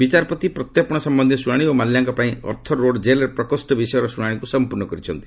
ବିଚାରପତି ପ୍ରତ୍ୟର୍ପଣ ସମ୍ଭନ୍ଧୀୟ ଶୁଣାଣି ଓ ମାଲ୍ୟାଙ୍କ ପାଇଁ ଆର୍ଥର୍ ରୋଡ୍ ଜେଲ୍ରେ ପ୍ରକୋଷ୍ଠ ବିଷୟର ଶୁଣାଣିକୁ ସମ୍ପର୍ଷ୍ଣ କରିଛନ୍ତି